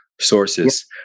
sources